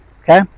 Okay